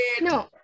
No